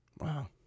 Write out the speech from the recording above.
Wow